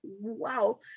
wow